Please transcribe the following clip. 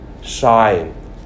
shine